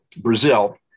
Brazil